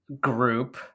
group